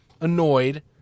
annoyed